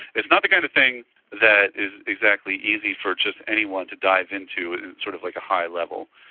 it's not the kind of thing that is exactly easy for just anyone to dive into at sort of like a high level,